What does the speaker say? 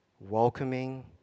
welcoming